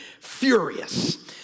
furious